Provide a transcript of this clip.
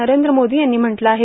नरेंद्र मोदी यांनी म्हटलं आहे